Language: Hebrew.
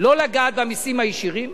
לא לגעת במסים הישירים.